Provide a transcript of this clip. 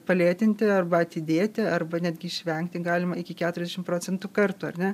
palėtinti arba atidėti arba netgi išvengti galima iki keturiasdešim procentų kartu ar ne